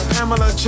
Pamela